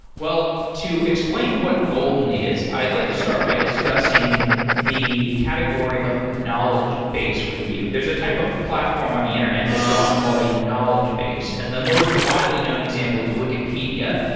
well, to explain what golden is, i'd like to start by discussing the category of knowledge base with you. there's a type of platform on the internet that is often called a knowledge base, and the most widely known example is wikipedia.